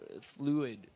fluid